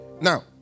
now